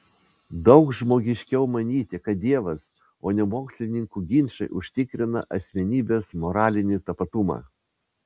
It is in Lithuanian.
daug žmogiškiau manyti kad dievas o ne mokslininkų ginčai užtikrina asmenybės moralinį tapatumą